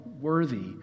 worthy